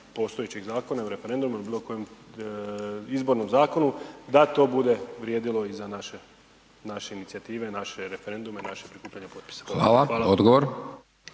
postojećeg Zakona o referendumu ili bilokojem izbornom zakonu, da to bude vrijedilo i za naše inicijative i naše referendume i naše prikupljanje potpisa? **Hajdaš